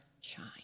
shine